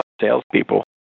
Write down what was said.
salespeople